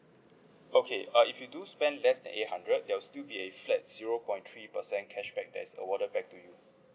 okay uh if you do spend less than a hundred there will still be a flat zero point three percent cashback that's awarded back to you